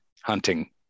hunting